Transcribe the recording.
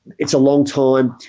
it's a long time.